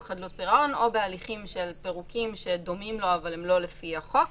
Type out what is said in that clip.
חדלות פירעון או בהליכים של פירוקים שדומים לו אבל הם לא לפי החוק.